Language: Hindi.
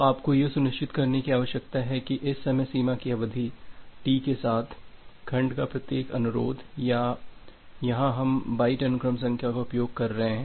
तो आपको यह सुनिश्चित करने की आवश्यकता है कि इस समय सीमा की अवधि टी के साथ खंड का प्रत्येक अनुरोध या यहां हम बाइट अनुक्रम संख्या का उपयोग कर रहे हैं